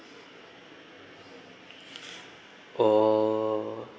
oh